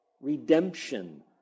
redemption